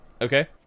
Okay